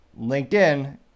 LinkedIn